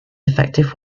effective